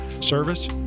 service